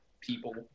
people